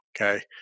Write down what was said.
Okay